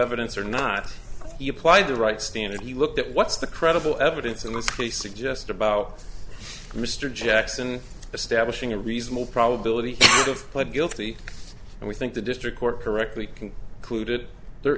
evidence or not he applied the right standard he looked at what's the credible evidence in this case suggest about mr jackson establishing a reasonable probability of pled guilty and we think the district court correctly clued it there